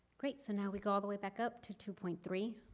great. so now we go all the way back up to two point three.